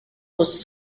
was